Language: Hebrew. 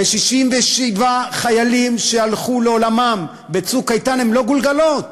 ו-67 חיילים שהלכו לעולמם ב"צוק איתן" הם לא גולגולות.